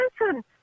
listen